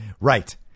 Right